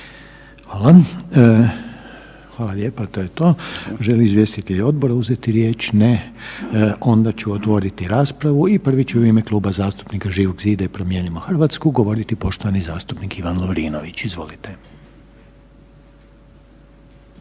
(HDZ)** Hvala lijepa, to je to. Želi li izvjestitelj odbora uzeti riječ? Ne. Onda ću otvoriti raspravu i prvi će u ime Kluba zastupnika Živog zida i Promijenimo Hrvatsku govoriti poštovani zastupnik Ivan Lovrinović, izvolite.